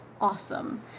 awesome